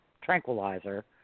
tranquilizer